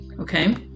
Okay